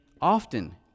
often